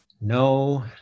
No